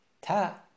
Ta